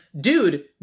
Dude